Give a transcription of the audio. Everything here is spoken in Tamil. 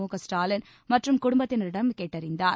முகஸ்டாலின் மற்றும் குடும்பத்தினரிடம் கேட்டறிந்தார்